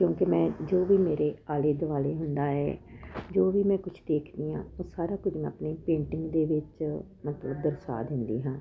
ਕਿਉਂਕਿ ਮੈਂ ਜੋ ਵੀ ਮੇਰੇ ਆਲੇ ਦੁਆਲੇ ਹੁੰਦਾ ਹੈ ਜੋ ਵੀ ਮੈਂ ਕੁਝ ਦੇਖਦੀ ਆ ਉਹ ਸਾਰਾ ਕੁਝ ਆਪਣੇ ਪੇਂਟਿੰਗ ਦੇ ਵਿੱਚ ਆਪਣਾ ਦਰਸਾ ਦਿੰਦੇ ਹਾਂ